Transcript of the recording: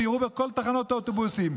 תראו בכל תחנות האוטובוסים.